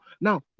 now